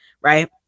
right